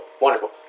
Wonderful